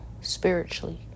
spiritually